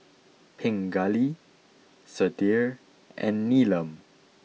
Pingali Sudhir and Neelam